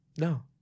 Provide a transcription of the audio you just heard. No